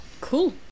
cool